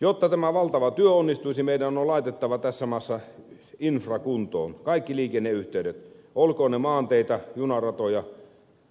jotta tämä valtava työ onnistuisi meidän on laitettava tässä maassa infra kuntoon kaikki liikenneyhteydet olkoot ne maanteitä junaratoja